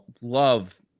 love